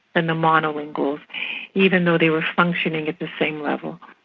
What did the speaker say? and the mono-linguals even though they were functioning at the same level.